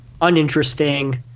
uninteresting